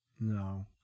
No